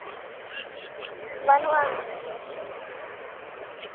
ᱵᱟᱹᱱᱩᱜᱼᱟ